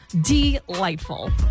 delightful